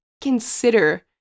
consider